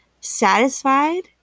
satisfied